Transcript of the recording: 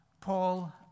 Paul